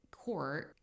Court